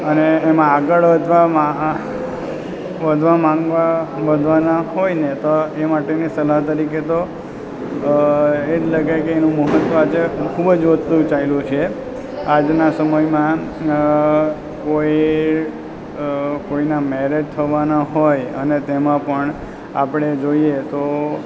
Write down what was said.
અને એમાં આગળ વધવામાં વધવા માંગવા વધવાના હોયને તો એ માટેની સલાહ તરીકે તો એટલે કે કંઈ મોટું ખૂબ જ વધતું ચાલ્યું છે આજના સમયમાં કોઈ કોઈના મેરેજ થવાના હોય અને તેમાં પણ આપણે જોઈએ તો